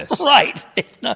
Right